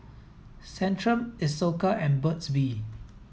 Centrum Isocal and Burt's bee